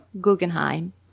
guggenheim